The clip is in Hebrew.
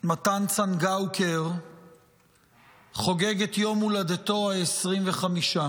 מתן צנגאוקר חוגג את יום הולדתו ה-25.